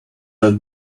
was